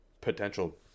potential